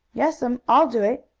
yes'm, i'll do it,